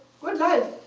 good life,